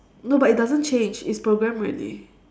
no but it doesn't change it's programmed already